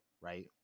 right